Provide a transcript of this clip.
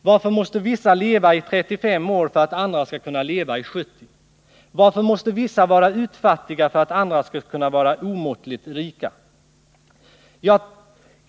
Varför måste vissa leva i 35 år för att andra skall kunna leva i 70? Varför måste vissa vara utfattiga för att andra skall kunna vara omåttligt rika?